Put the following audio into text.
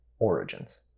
origins